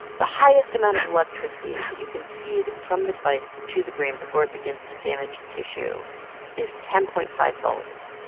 the highest amount of electricity that you can feed from the device to the brain before it begins to damage tissue is ten point five volts.